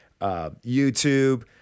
YouTube